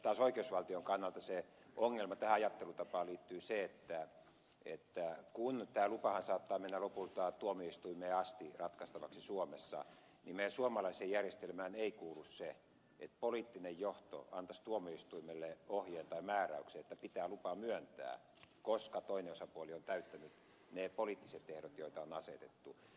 taas oikeusvaltion kannalta tähän ajattelutapaan liittyy se ongelma että kun tämä lupahan saattaa mennä lopulta tuomioistuimeen asti ratkaistavaksi suomessa niin suomalaiseen järjestelmään ei kuulu se että poliittinen johto antaisi tuomioistuimelle ohjeen tai määräyksen että pitää lupa myöntää koska toinen osapuoli on täyttänyt ne poliittiset ehdot joita on asetettu